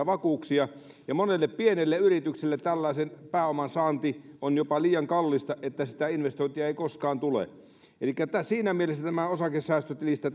vakuuksia ja monelle pienelle yrityksellä tällaisen pääoman saanti on jopa liian kallista niin että sitä investointia ei koskaan tule elikkä siinä mielessä tämä osakesäästötilistä